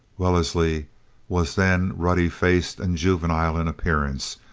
wellesley was then ruddy-faced and juvenile in appearance,